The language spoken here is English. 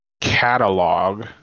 catalog